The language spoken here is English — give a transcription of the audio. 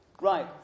Right